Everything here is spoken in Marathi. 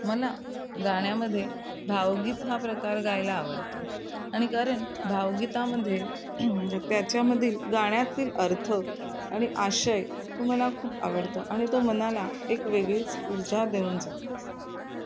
मला गाण्यामध्ये भावगीत हा प्रकार गायला आवडतो आणि कारण भावगीतामध्ये त्याच्यामधील गाण्यातील अर्थ आणि आशय तर मला खूप आवडतो आणि तो मनाला एक वेगळीच ऊर्जा देऊन जातो